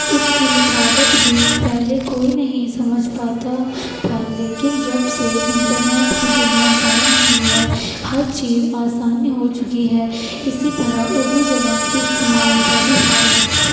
اس کی لکھاوٹ بھی پہلے کوئی نہیں سمجھ پاتا تھا لیکن جب سے انٹرنیٹ کی دنیا قائم ہوئی ہے ہر چیز آسانی ہو چکی ہے اسی طرح اردو زبان کی استعمال کا بھی حال ہے